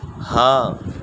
ہاں